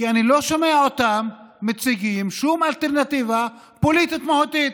כי אני לא שומע אותם מציגים שום אלטרנטיבה פוליטית מהותית.